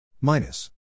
minus